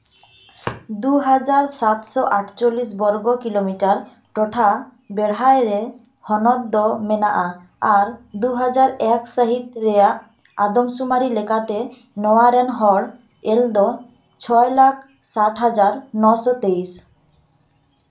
ᱫᱩ ᱦᱟᱡᱟᱨ ᱥᱟᱛᱥᱚ ᱟᱴᱪᱚᱞᱞᱤᱥ ᱵᱚᱨᱜᱚ ᱠᱤᱞᱳᱢᱤᱴᱟᱨ ᱴᱚᱴᱷᱟ ᱵᱮᱲᱦᱟᱭ ᱨᱮ ᱦᱚᱱᱚᱛ ᱫᱚ ᱢᱮᱱᱟᱜᱼᱟ ᱟᱨ ᱫᱩ ᱦᱟᱡᱟᱨ ᱮᱠ ᱥᱟᱹᱦᱤᱛ ᱨᱮᱭᱟᱜ ᱟᱫᱚᱢ ᱥᱩᱢᱟᱨᱤ ᱞᱮᱠᱟᱛᱮ ᱱᱚᱣᱟ ᱨᱮᱱ ᱦᱚᱲ ᱮᱞ ᱫᱚ ᱪᱷᱚᱭ ᱞᱟᱠᱷ ᱥᱟᱴ ᱦᱟᱡᱟᱨ ᱱᱚ ᱥᱚ ᱛᱮᱭᱤᱥ